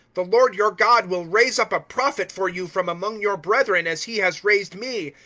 the lord your god will raise up a prophet for you from among your brethren as he has raised me.